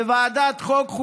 וועדת החוקה,